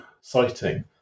citing